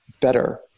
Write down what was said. better